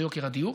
זה יוקר הדיור.